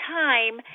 time